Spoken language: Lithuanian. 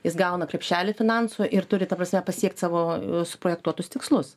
jis gauna krepšelį finansų ir turi ta prasme pasiekt savo suprojektuotus tikslus